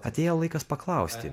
atėjo laikas paklausti